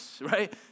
right